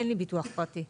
אין לי ביטוח פרטי.